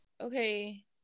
okay